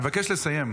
אני מבקש לסיים.